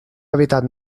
hàbitat